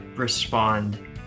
respond